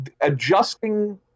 adjusting